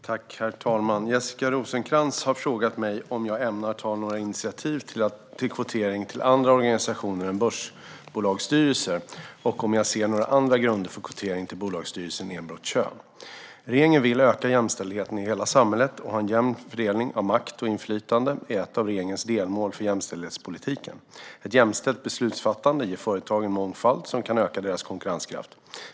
Herr talman! Jessica Rosencrantz har frågat mig om jag ämnar ta några initiativ till kvotering till andra organisationer än börsbolagsstyrelser och om jag ser några andra grunder för kvotering till bolagsstyrelser än enbart kön. Regeringen vill öka jämställdheten i hela samhället, och en jämn fördelning av makt och inflytande är ett av regeringens delmål för jämställdhetspolitiken. Ett jämställt beslutsfattande ger företagen mångfald som kan öka deras konkurrenskraft.